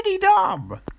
dumb